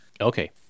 Okay